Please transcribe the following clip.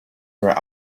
her